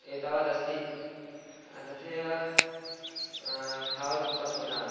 एतावदस्ति तथैव तावदुक्त्वा विरमामि